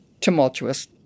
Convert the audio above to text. tumultuous